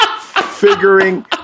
figuring